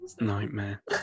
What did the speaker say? nightmare